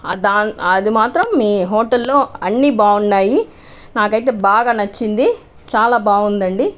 అది మాత్రం మీ హోటల్లో అన్నీ బాగున్నాయి నాకైతే బాగా నచ్చింది చాలా బాగుందండీ